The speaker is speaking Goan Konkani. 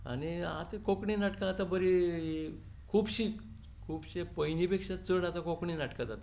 कोंकणी नाटकां आतां बरीं खुबशीं पयलीं पेक्षा चड आतां कोंकणी नाटकां जातात